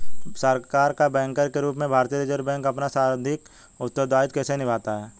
सरकार का बैंकर के रूप में भारतीय रिज़र्व बैंक अपना सांविधिक उत्तरदायित्व कैसे निभाता है?